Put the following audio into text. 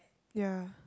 ya